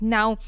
Now